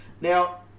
Now